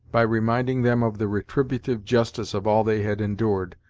by reminding them of the retributive justice of all they had endured,